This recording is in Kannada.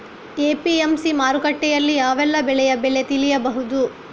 ಎ.ಪಿ.ಎಂ.ಸಿ ಮಾರುಕಟ್ಟೆಯಲ್ಲಿ ಯಾವೆಲ್ಲಾ ಬೆಳೆಯ ಬೆಲೆ ತಿಳಿಬಹುದು?